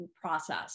process